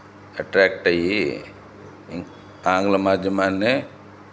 attract అయ్యి ఆంగ్ల మాధ్యమాన్నే